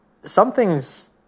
something's